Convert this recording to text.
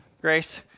Grace